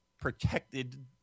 protected